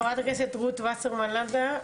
חברת הכנסת רות וסרמן לנדה,